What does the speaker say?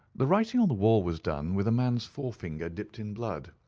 the writing on the wall was done with a man's forefinger dipped in blood.